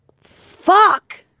fuck